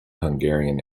hungarian